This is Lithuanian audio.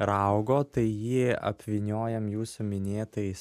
raugo tai jį apvyniojam jūsų minėtais